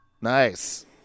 Nice